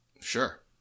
Sure